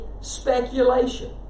speculation